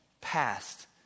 past